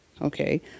okay